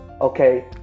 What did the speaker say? Okay